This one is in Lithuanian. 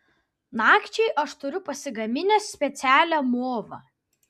nakčiai aš turiu pasigaminęs specialią movą